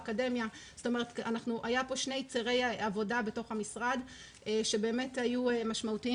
אקדמיה היו פה שני צירי עבודה בתוך המשרד שהיו משמעותיים